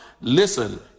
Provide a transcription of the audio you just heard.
Listen